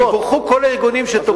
ויתברכו כל הארגונים שתומכים.